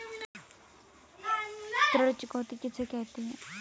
ऋण चुकौती किसे कहते हैं?